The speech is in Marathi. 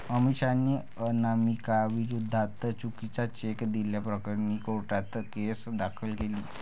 अमिषाने अनामिकाविरोधात चुकीचा चेक दिल्याप्रकरणी कोर्टात केस दाखल केली